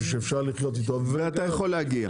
שאפשר לחיות איתו -- ואתה יכול להגיע.